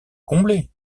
comblé